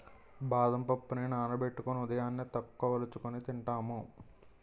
బాదం పప్పుని నానబెట్టుకొని ఉదయాన్నే తొక్క వలుచుకొని తింటాము